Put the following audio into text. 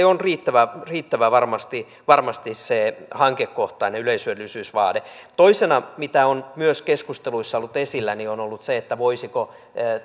on riittävä riittävä varmasti varmasti se hankekohtainen yleishyödyllisyysvaade toisena mitä on myös keskusteluissa ollut esillä on ollut se voisiko